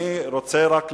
אני רוצה רק להגיד: